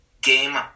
Game